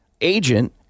agent